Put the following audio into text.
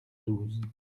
douze